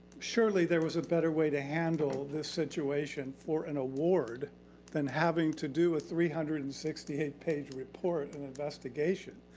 surely there was a better way to handle this situation for an award then having to do with three hundred and sixty eight page report and investigation.